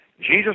Jesus